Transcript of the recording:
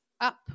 up